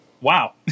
wow